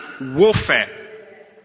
warfare